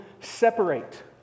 separate